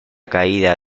caída